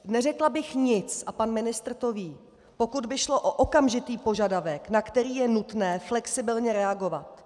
Neřekla bych nic a pan ministr to ví, pokud by šlo o okamžitý požadavek, na který je nutné flexibilně reagovat.